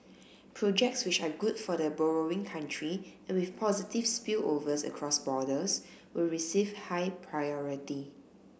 projects which are good for the borrowing country and with positive spillovers across borders will receive high priority